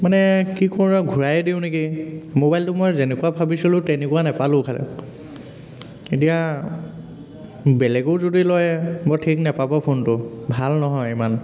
মানে কি কৰোঁ আৰু ঘূৰায়েই দিওঁ নেকি ম'বাইলটো মই যেনেকুৱা ভাবিছিলোঁ তেনেকুৱা নেপালোঁ খালি এতিয়া বেলেগও যদি লয় বৰ ঠিক নেপাব ফোনটো ভাল নহয় ইমান